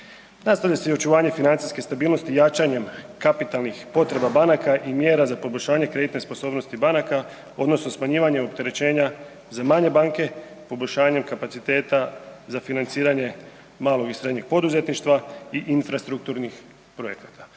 Nastavlja se i očuvanje financijske stabilnosti jačanjem kapitalnih potreba banaka i mjera za poboljšanje kreditne sposobnosti banaka odnosno smanjivanje opterećenja za manje banke poboljšanjem kapaciteta za financiranje malog i srednjeg poduzetništva i infrastrukturnih projekata.